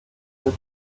good